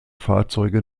fahrzeuge